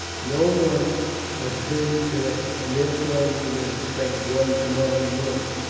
no one has been today, and therefore we may expect one tomorrow morning.